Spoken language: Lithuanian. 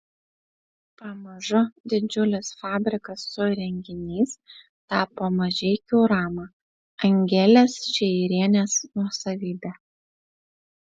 pamažu didžiulis fabrikas su įrenginiais tapo mažeikių rama angelės šeirienės nuosavybe